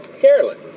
Carolyn